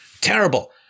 terrible